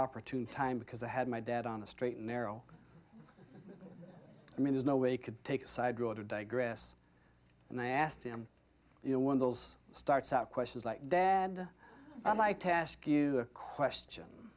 opportune time because i had my dad on the straight and narrow i mean there's no way you could take a side road to digress and i asked him you know one of those starts out questions like dad i'd like to ask you a question